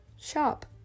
shop